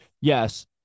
yes